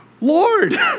Lord